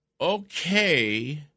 okay